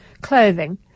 clothing